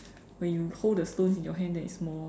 when you hold the stone in your hand then it's more